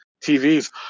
TVs